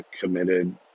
committed